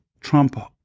Trump